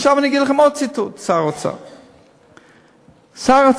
עכשיו אני אגיד לכם עוד ציטוט של שר האוצר.